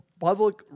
public